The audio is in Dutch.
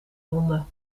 wonde